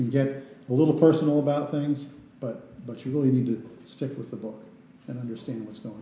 can get a little personal about things but but you really need to stick with the book and understand what's going on